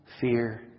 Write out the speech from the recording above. fear